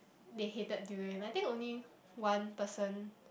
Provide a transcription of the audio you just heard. they hated durian I think only one person